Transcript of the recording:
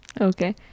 Okay